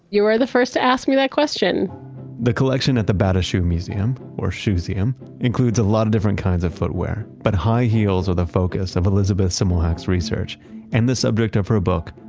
you are the first to ask me that question the collection at the bata shoe museum, or shoeseum includes a lot of different kinds of footwear, but high heels are the focus of elizabeth semmelhack's research and the subject of her book,